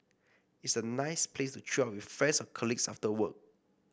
it's a nice place to chill with friends or colleagues after work